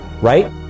right